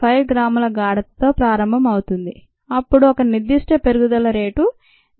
5 గ్రాముల గాఢత తో ప్రారంభం అవుతుంది అప్పుడు ఒక నిర్దిష్ట పెరుగుదల రేటు 0